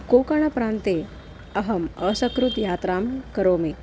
कोकाणाप्रान्ते अहम् असकृत् यात्रां करोमि